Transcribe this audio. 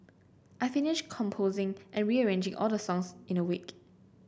I finished composing and rearranging all the songs in a week